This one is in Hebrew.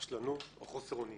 רשלנות או חוסר אונים.